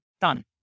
done